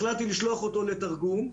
החלטתי לשלוח אותו לתרגום.